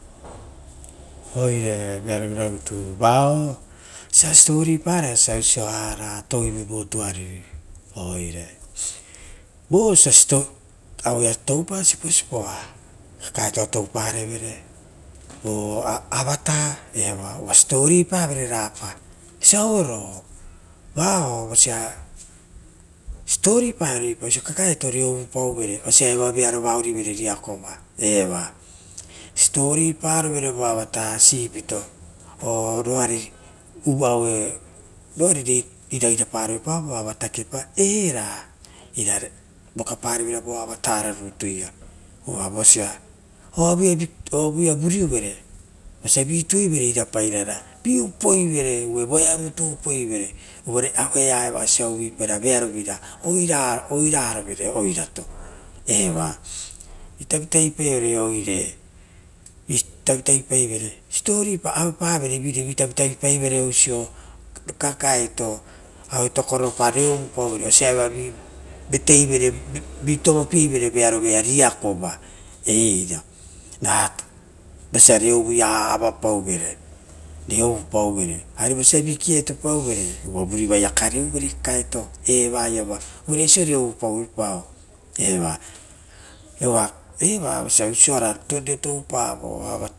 Oire vearovira rutu aueiava siposipo paa osia tauive vo tuariri. Vo osia toupai. Siposipoa kakaeto touparevere vo avata uva siposi popai vere rerapa auro vao osia siposipo paivere osio kakae to ie ouvupauvere, uva vearo va ourivere riakova. Siposipo paro vere reito vo avata, roira iraparoepa vo avata kepa, ira vokapareveira vo avata nituia, oavu ia vuriuvere ra vi upoivere evo ia ira pairara vi upoi vere uvare voeanitu uposivere uvare awea eva osia vearovina oiraro vere oirato eva, vitavitavi paivere siposipo paoro oisio. Kakaeto aue tokoropa vireopavoi, vi vateivere, vi tovopieoro vearovira. eiraia riako va vosa reouvuia avapauvere reouvupauvere arivosia. Kaureopauvere ra vui vaia kareuvere. Kaekaeto eva iava uvare veasio rouvupaoepoo eva uva oisio ra totopavio.